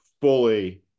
fully